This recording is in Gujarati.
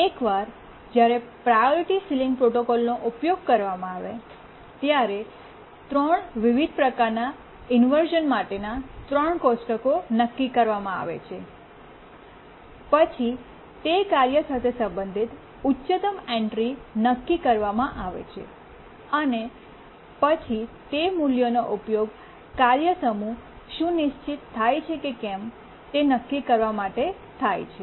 એકવાર જ્યારે પ્રાયોરિટી સીલીંગ પ્રોટોકોલનો ઉપયોગ કરવામાં આવે ત્યારે 3 વિવિધ પ્રકારના ઇન્વર્શ઼ન માટેના 3 કોષ્ટકો નક્કી કરવામાં આવે પછી તે કાર્ય સાથે સંબંધિત ઉચ્ચતમ એન્ટ્રી નક્કી કરવામાં આવે છે અને પછી તે મૂલ્યનો ઉપયોગ કાર્ય સમૂહ સુનિશ્ચિત થાય છે કે કેમ તે નક્કી કરવા માટે થાય છે